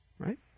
right